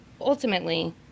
ultimately